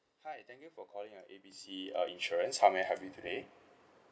thank you for calling uh A B C uh insurance how may I help you today